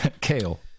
Kale